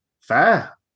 Fair